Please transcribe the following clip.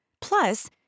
Plus